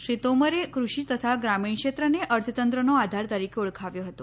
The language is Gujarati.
શ્રી તોમરે કૃષિ તથા ગ્રામીણ ક્ષેત્રને અર્થતંત્રનો આધાર તરીકે ઓળખાવ્યો હતો